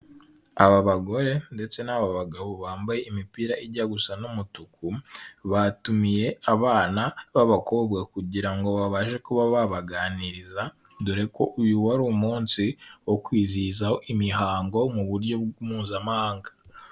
Aba bagore ndetse n'aba bagabo bambaye imipira ijya gusa n'umutuku, batumiye abana b'abakobwa kugira ngo babashe kuba babaganiriza, dore ko uyu wari umunsi wo kwizihizaho imihango mu buryo mpuzamahanga.